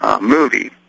movie